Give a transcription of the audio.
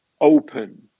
open